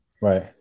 right